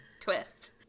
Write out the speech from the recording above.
twist